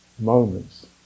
Moments